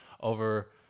over